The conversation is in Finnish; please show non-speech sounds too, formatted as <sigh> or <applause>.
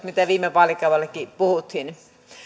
<unintelligible> mitä viime vaalikaudellakin puhuttiin